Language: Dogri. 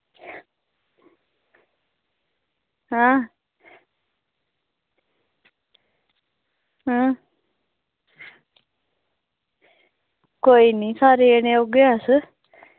आं अं कोई निं सारे जनें औगे अस